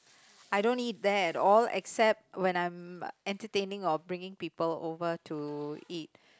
I don't eat there at all except when I'm entertaining or bring people over to eat